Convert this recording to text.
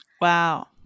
Wow